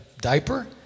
diaper